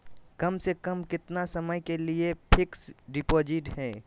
कम से कम कितना समय के लिए फिक्स डिपोजिट है?